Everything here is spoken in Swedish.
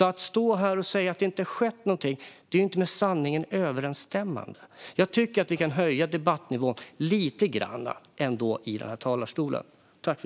Att stå här och säga att det inte har skett något är därför inte med sanningen överensstämmande. Jag tycker att vi bör höja debattnivån lite grann i dessa talarstolar.